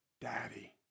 Daddy